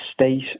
state